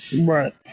Right